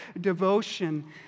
devotion